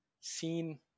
seen